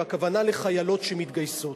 והכוונה לחיילות שמתגייסות.